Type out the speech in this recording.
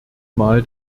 mal